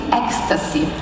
ecstasy